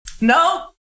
No